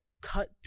cut